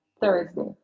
Thursday